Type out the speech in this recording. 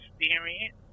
experience